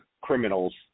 criminals